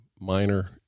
minor